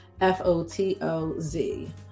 F-O-T-O-Z